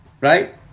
right